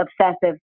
obsessive